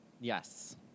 Yes